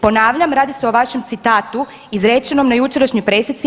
Ponavljam, radi se o vašem citatu izrečenom na jučerašnjoj presici.